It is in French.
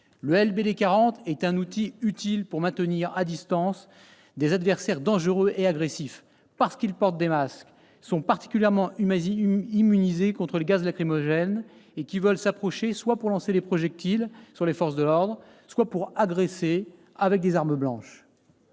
Le LBD 40 est un outil utile pour maintenir à distance des adversaires dangereux et agressifs qui, parce qu'ils portent des masques, sont particulièrement immunisés contre les gaz lacrymogènes et qui veulent s'approcher, soit pour lancer des projectiles sur les forces de l'ordre, soit pour les agresser avec des armes blanches.